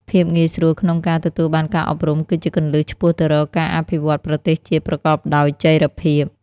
ភាពងាយស្រួលក្នុងការទទួលបានការអប់រំគឺជាគន្លឹះឆ្ពោះទៅរកការអភិវឌ្ឍន៍ប្រទេសជាតិប្រកបដោយចីរភាព។